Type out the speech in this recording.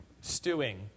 stewing